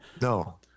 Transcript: No